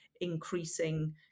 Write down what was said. increasing